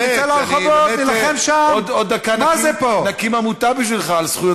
שנתפסת על דברי רש"י ועל פרשנות של פרשת